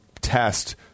test